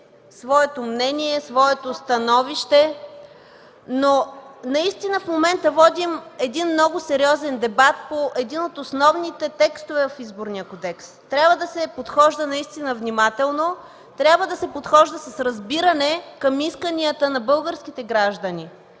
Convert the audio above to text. своето мнение, своето становище, но в момента водим много сериозен дебат по един от основните текстове в Изборния кодекс. Трябва да се подхожда внимателно. Трябва да се подхожда с разбиране към исканията на българските граждани.